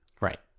Right